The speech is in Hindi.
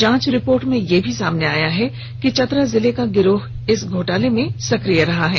जांच रिपोर्ट में यह भी सामने आया है कि चतरा जिले का गिरोह इस घोटाले में सक्रिय रहा है